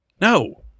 No